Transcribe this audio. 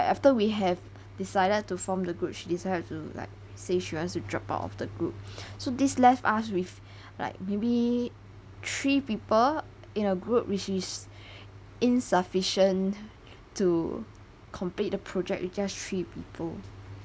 after we have decided to form the group she decided to like says she wants to drop out of the group so this left us with like maybe three people in a group which is insufficient to complete the project with just three people